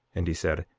and he said,